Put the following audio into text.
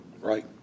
Right